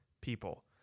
people